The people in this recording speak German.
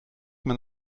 man